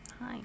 Hi